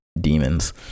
demons